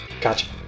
Gotcha